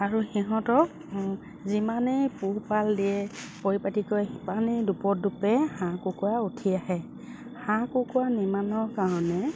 আৰু সিহঁতক যিমানেই পোহপাল দিয়ে পৰিপাতি হয় সিমানেই দোপতদোপে হাঁহ কুকুৰা উঠি আহে হাঁহ কুকুৰা নিৰ্মাণৰ কাৰণে